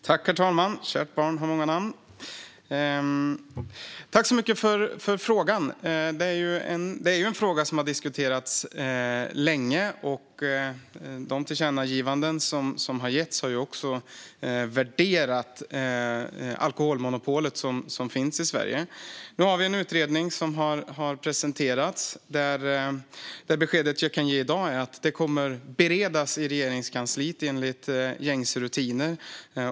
Herr talman! Jag tackar så mycket för frågan. Detta är en fråga som har diskuterats länge. De tillkännagivanden som har getts har också värderat alkoholmonopolet som finns i Sverige. Nu har vi en utredning som har presenterats. Beskedet jag kan ge i dag är att detta kommer att beredas i Regeringskansliet enligt gängse rutiner.